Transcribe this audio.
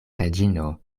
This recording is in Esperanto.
reĝino